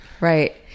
Right